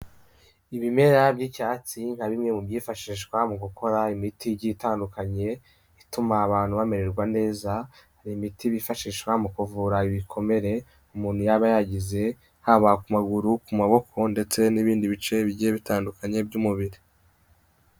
Ibimera by'icyatsi nka bimwe mu byifashishwa mu gukora imiti itandukanye igiye ituma abantu bamererwa neza hari imiti bifashishwa mu kuvura ibikomere umuntu yabageze haba ku maguru ku maboko ndetse n'ibindi bice bigiye bitandukanye by'umubiri.